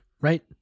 right